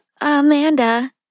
Amanda